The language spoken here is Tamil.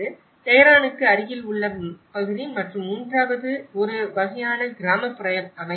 டெஹ்ராடூனுக்கு அருகிலுள்ள பகுதி மற்றும் மூன்றாவது ஒரு வகையான கிராமப்புற அமைப்பாகும்